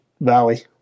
Valley